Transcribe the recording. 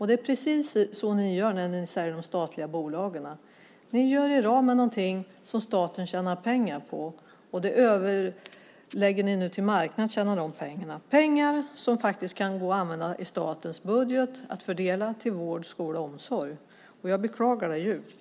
Det är precis så ni gör, Mats Odell, när ni säljer de statliga bolagen. Ni gör er av med något som staten tjänar pengar på. Nu överlämnar ni till marknaden att tjäna de pengarna. Det handlar om pengar som skulle kunna användas i statens budget, till att fördela på vård, skola och omsorg. Jag beklagar det djupt.